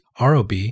ROB